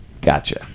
Gotcha